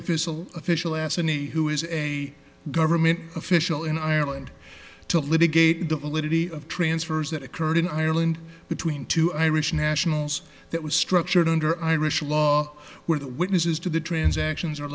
official official asininity who is a government official in ireland to litigate the validity of transfers that occurred in ireland between two irish nationals that was structured under irish law where the witnesses to the transactions are